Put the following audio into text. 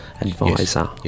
advisor